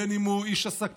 בין אם הוא איש עסקים,